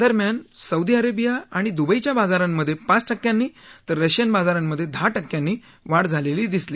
दरम्यान Saudi Arabia आणि दुबईच्या बाजारांमध्ये पाच टक्क्यांनी तर रशियन बाजारांमध्ये दहा टक्क्यांनी वाढ झालेली दिसली